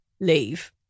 leave